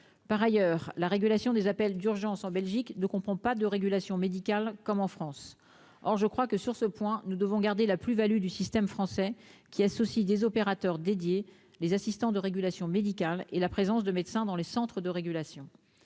par ailleurs, la régulation des appels d'urgence en Belgique ne comprend pas de régulation médicale comme en France, or je crois que sur ce point, nous devons garder la plus-Value du système français qui associe des opérateurs dédiés les assistants de régulation médicale et la présence de médecins dans les centres de régulation